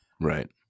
Right